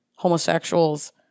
homosexuals